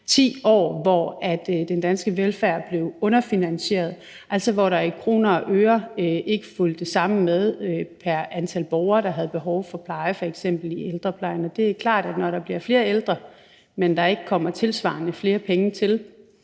10 år, hvor den danske velfærd blev underfinansieret, altså hvor der i kroner og øre ikke fulgte det samme med pr. borger, der havde behov for pleje i f.eks. ældreplejen. Og det er klart, at når der bliver flere ældre, men der ikke kommer tilsvarende flere penge til,